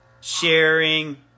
sharing